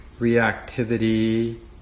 reactivity